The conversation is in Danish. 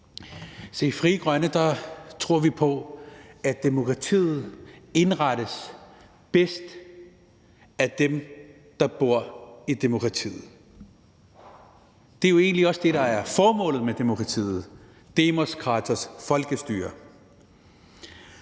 i Frie Grønne tror vi på, at demokratiet indrettes bedst af dem, der bor i demokratiet. Det er jo egentlig også det, der er formålet med demokratiet – demos kratos: folkestyre.